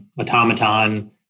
automaton